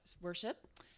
worship